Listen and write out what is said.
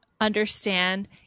understand